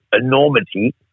enormity